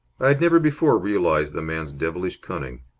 i had never before realized the man's devilish cunning.